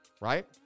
right